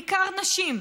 בעיקר נשים,